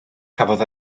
cafodd